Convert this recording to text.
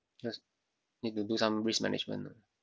just need to do some risk management ah